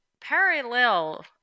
parallel